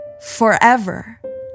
Forever